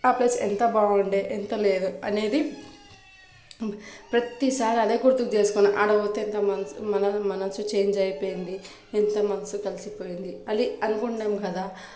ఆ ప్లేస్ ఎంత బాగుండే ఎంత లేదు అనేది ప్రతిసారి అదే గుర్తుకు చేసుకున్న ఆడపోతే ఎంత మనసు మన మనసు చేంజ్ అయిపోయింది ఎంత మనసు కలిసిపోయింది అది అనుకుంటాం కదా